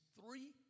three